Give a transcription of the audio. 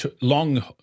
long